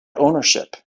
ownership